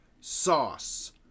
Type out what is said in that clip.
Sauce